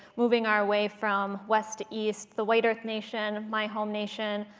moving our way from west to east, the white earth nation, my home nation.